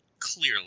Clearly